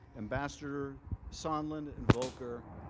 ambassador sondland, and volker,